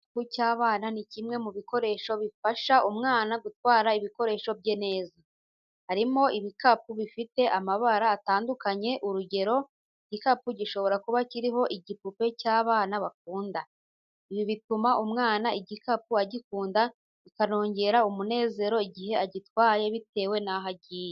Igikapu cy'abana ni kimwe mu bikoresho bifasha umwana gutwara ibikoresho bye neza. Hariho ibikapu bifite amabara atandukanye, urugero igikapu gishobora kuba kiriho igipupe cy'abana bakunda. Ibi bituma umwana igikapu agikunda kikanongera umunezero igihe agitwaye bitewe naho agiye.